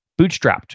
bootstrapped